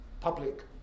public